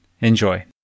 Enjoy